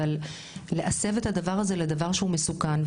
אבל להסב את הדבר הזה לדבר שהוא מסוכן,